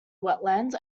wetlands